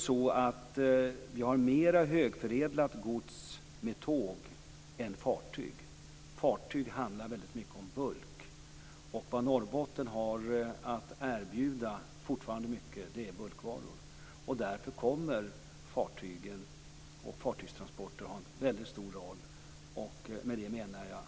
Vi transporterar mer högförädlat gods med tåg än med fartyg. När det gäller fartyg handlar det väldigt mycket om bulk. Norrbotten har fortfarande väldigt mycket bulkvaror att erbjuda. Därför kommer fartygstransporter att spela en mycket stor roll.